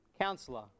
Counselor